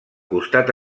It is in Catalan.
costat